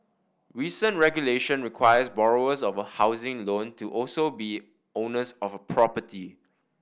recent regulation requires borrowers of a housing loan to also be owners of a property